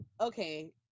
okay